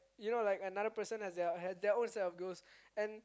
you know like another person has their has their own set of goals and